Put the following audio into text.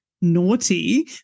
naughty